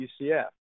UCF